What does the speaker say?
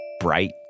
bright